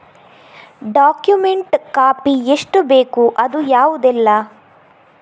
Document copy ಎಷ್ಟು ಬೇಕು ಅದು ಯಾವುದೆಲ್ಲ?